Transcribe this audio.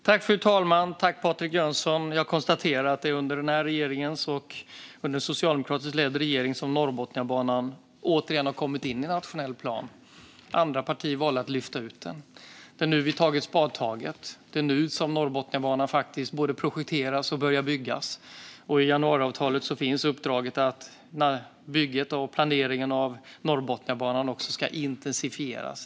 Fru talman! Jag kan konstatera att det är under den här regeringen, en socialdemokratiskt ledd regering, som Norrbotniabanan återigen har kommit in i nationell plan. Andra partier valde att lyfta ut den. Nu har vi tagit spadtaget. Det är nu Norrbotniabanan både projekteras och börjar byggas. I januariavtalet finns uppdraget att bygget och planeringen av Norrbotniabanan ska intensifieras.